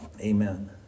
Amen